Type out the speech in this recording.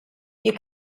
you